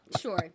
sure